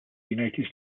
united